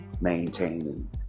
maintaining